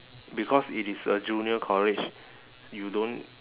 because it is a junior college you don't